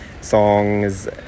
songs